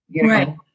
Right